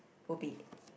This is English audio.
would be